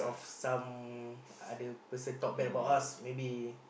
some other person talk bad about us maybe